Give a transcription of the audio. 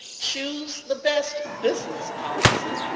choose the best business policy,